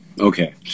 Okay